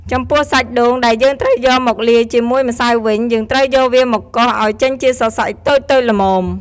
ចំពោះសាច់ដូងដែលយើងត្រូវយកមកលាយជាមួយម្សៅវិញ យើងត្រូវយកវាមកកោសឱ្យចេញជាសរសៃតូចៗល្មម។